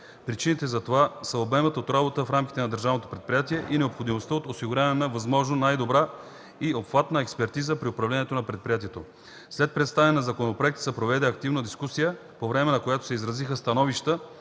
Причините за това са обемът от работа в рамките на държавното предприятие и необходимостта от осигуряване на възможно най-добра и обхватна експертиза при управлението на предприятието. След представяне на законопроекта се проведе активна дискусия, по време на която се изразиха становища